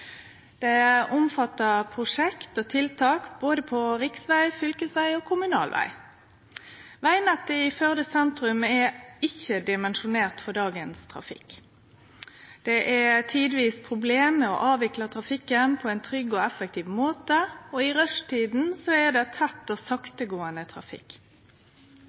Det omfattar prosjekt og tiltak på både riksveg, fylkesveg og kommunal veg. Vegnettet i Førde sentrum er ikkje dimensjonert for dagens trafikk. Det er tidvis problem med å avvikle trafikken på ein trygg og effektiv måte. I rushtida er det tett og saktegåande trafikk.